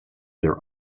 their